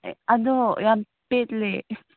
ꯑꯗꯣ ꯌꯥꯝ ꯄꯦꯠꯂꯦ